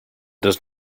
does